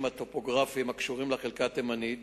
לאור חשיבות הנושא ועל רקע הקשיים הטופוגרפיים הקשורים לחלקה התימנית,